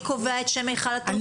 מי קובע את שם היכל התרבות?